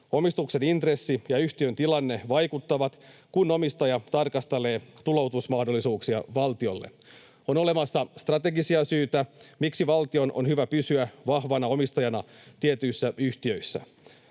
Omistuksen intressi ja yhtiön tilanne vaikuttavat, kun omistaja tarkastelee tuloutusmahdollisuuksia valtiolle. On olemassa strategisia syitä, miksi valtion on hyvä pysyä vahvana omistajana tietyissä yhtiöissä.